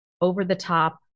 over-the-top